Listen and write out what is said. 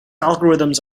algorithms